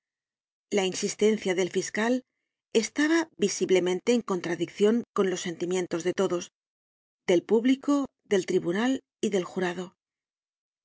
la insistencia del fiscal estaba visiblemente en contradiccion con los sentimientos de todos del público del tribunal y del jurado